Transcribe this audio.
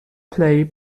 play